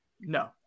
no